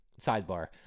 sidebar